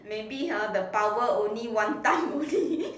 maybe ha the power only one time only